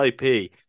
ip